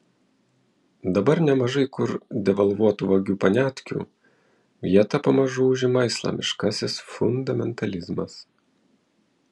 dabar nemažai kur devalvuotų vagių poniatkių vietą pamažu užima islamiškasis fundamentalizmas